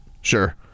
Sure